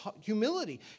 humility